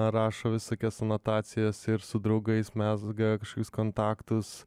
rašo visokias anotacijas ir su draugais mezga kažkokius kontaktus